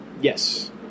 yes